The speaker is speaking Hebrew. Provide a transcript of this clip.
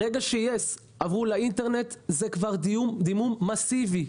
ברגע שיס עברו לאינטרנט, זה כבר דימום מאסיבי.